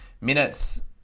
Minutes